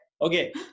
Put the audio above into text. Okay